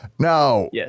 Now